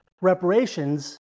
reparations